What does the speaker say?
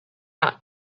out